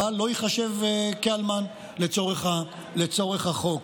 הבעל לא ייחשב אלמן לצורך החוק.